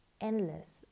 endless